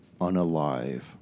unalive